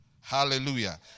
Hallelujah